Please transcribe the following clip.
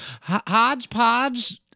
Hodgepodge